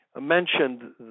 mentioned